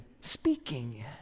speaking